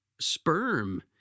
sperm